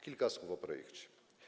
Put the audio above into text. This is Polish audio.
Kilka słów o projekcie.